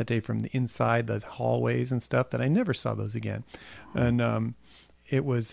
that day from the inside the hallways and stuff that i never saw those again and it was